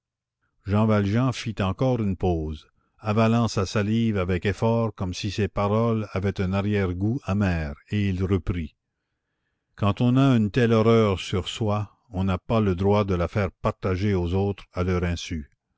jean valjean fit encore une pause avalant sa salive avec effort comme si ses paroles avaient un arrière goût amer et il reprit quand on a une telle horreur sur soi on n'a pas le droit de la faire partager aux autres à leur insu